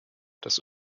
das